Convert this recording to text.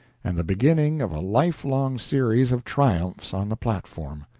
and the beginning of a lifelong series of triumphs on the platform.